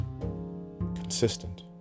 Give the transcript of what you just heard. consistent